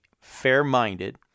fair-minded